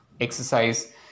exercise